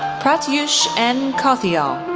pratyush n. kothiyal,